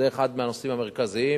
זה אחד מהנושאים המרכזיים